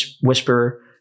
whisper